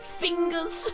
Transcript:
fingers